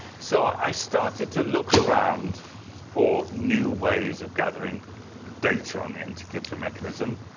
so i started to look around for new ways of gathering data on the antikythera mechanism.